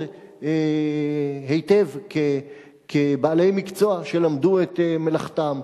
היטב כבעלי מקצוע שלמדו את מלאכתם,